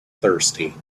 thirsty